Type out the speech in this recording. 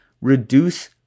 reduce